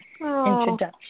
introduction